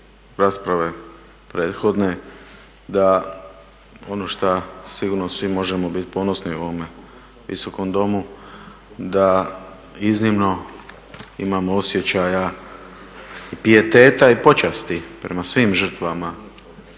rasprave prethodne da ono šta sigurno svi možemo bit ponosni u ovome visokom Domu da iznimno imamo osjećaja pijeteta i počasti prema svim žrtvama